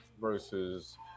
versus